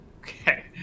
Okay